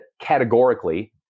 categorically